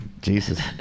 Jesus